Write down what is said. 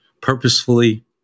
purposefully